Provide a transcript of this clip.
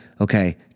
Okay